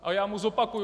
A já mu zopakuji.